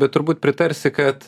bet turbūt pritarsi kad